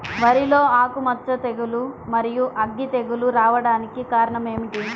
వరిలో ఆకుమచ్చ తెగులు, మరియు అగ్గి తెగులు రావడానికి కారణం ఏమిటి?